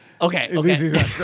Okay